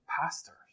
pastors